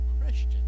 Christian